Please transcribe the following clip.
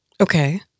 Okay